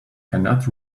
cannot